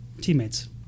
Teammates